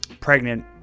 pregnant